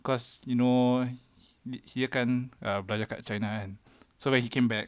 cause you know dia kan belajar kat china kan so when he came back